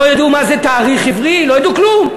לא ידעו מה זה תאריך עברי, לא ידעו כלום.